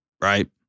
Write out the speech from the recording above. Right